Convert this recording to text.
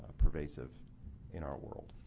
ah pervasive in our world.